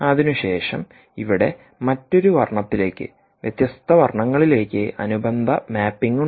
അതിനുശേഷം ഇവിടെ മറ്റൊരു വർണ്ണത്തിലേക്ക് വ്യത്യസ്ത വർണ്ണങ്ങളിലേക്ക് അനുബന്ധ മാപ്പിംഗ് ഉണ്ട്